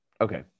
Okay